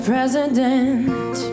president